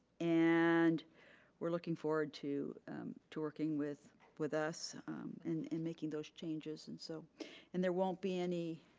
and we're looking forward to to working with with us and and making those changes, and so and there won't be any.